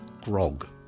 Grog